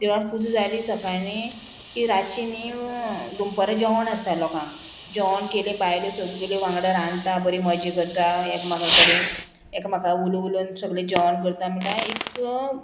देवळान पुजा जाली सकाळी की रातची नी दुनपरां जेवण आसता लोकांक जेवण केले बायल्यो सगल्यो वांगडा रांदता बरी मजा करता एकामेका कडेन एकामेका उलोवन सगळें जेवण करता म्हणल्यार एक